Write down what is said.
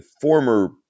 former